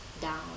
down